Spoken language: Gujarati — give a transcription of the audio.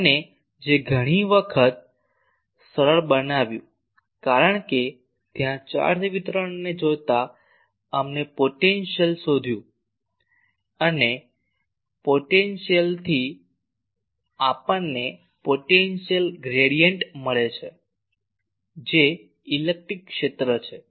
અને જે ઘણી વખત સરળ બનાવ્યું કારણ કે ત્યાં ચાર્જ વિતરણને જોતા અમને પોટેન્શિયલ શોધ્યું અને પોટેન્શિયલ થી આપણને પોટેન્શિયલ ગ્રેડીયંટમળે છે જે ઇલેક્ટ્રિક ક્ષેત્ર છે